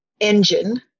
engine